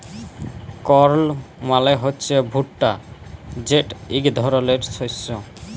কর্ল মালে হছে ভুট্টা যেট ইক ধরলের শস্য